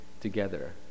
together